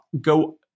go